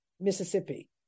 Mississippi